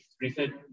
recent